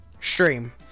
stream